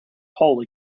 hole